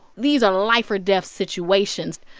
these are life-or-death situations.